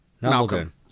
Malcolm